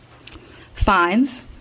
Fines